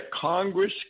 Congress